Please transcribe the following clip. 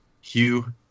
Hugh